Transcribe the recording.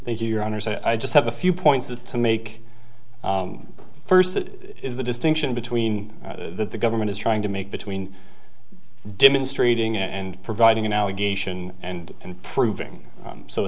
they do your honors i just have a few points is to make first that is the distinction between that the government is trying to make between demonstrating and providing an allegation and and proving